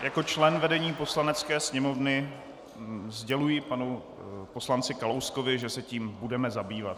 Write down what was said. Jako člen vedení Poslanecké sněmovny sděluji panu poslanci Kalouskovi, že se tím budeme zabývat.